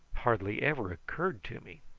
hardly ever occurred to me.